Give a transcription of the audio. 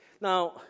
Now